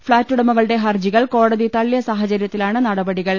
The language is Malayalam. ഫ്ളാറ്റു ടമകളുടെ ഹർജികൾ കോടതി തള്ളിയ സാഹചര്യ ത്തിലാണ് നടപടികൾ